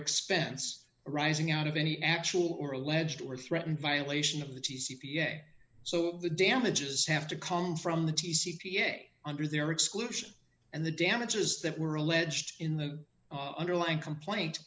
expense arising out of any actual or alleged or threatened violation of the t c p s a so the damages have to come from the t c p a under their exclusion and the damages that were alleged in the underlying complaint